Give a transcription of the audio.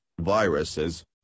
viruses